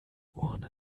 urne